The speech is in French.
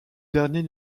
dernier